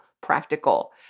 practical